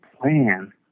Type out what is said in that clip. plan